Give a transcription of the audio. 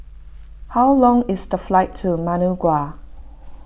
how long is the flight to Managua